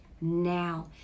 now